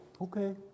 okay